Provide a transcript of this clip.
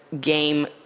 game